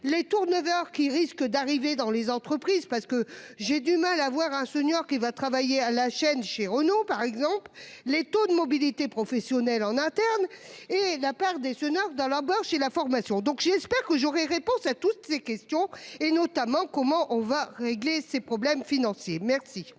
les tours 9h qui risque d'arriver dans les entreprises parce que j'ai du mal à avoir un senior qui va travailler à la chaîne chez Renault par exemple les taux de mobilité professionnelle en interne et la part des seniors dans la barre chez la formation, donc j'espère que j'aurai réponse à toutes ces questions et notamment comment on va régler ses problèmes financiers. Merci.